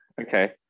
Okay